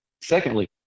Secondly